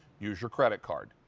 use your credit card,